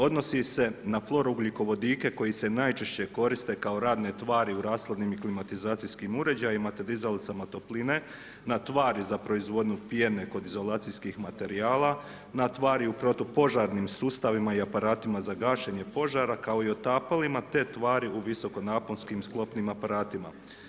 Odnosi se na flouro ugljikovodike koji se najčešće koriste kao radne tvari u rashladnim i klimatizacijskim uređajima te dizalicama topline, na tvari za proizvodnju pijene kod izolacijskih materijala, na tvari u protupožarnim sustavima i aparatima za gašenje požara, kao i otapalima, te tvari u visokonaponskim sklopnim aparatima.